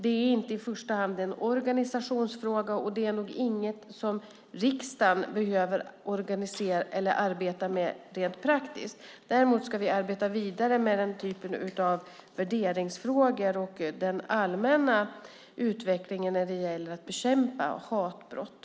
Det är inte i första hand en organisationsfråga, och det är nog inget som riksdagen behöver arbeta med rent praktiskt. Däremot ska vi arbeta vidare med den typen av värderingsfrågor och den allmänna utvecklingen när det gäller att bekämpa hatbrott.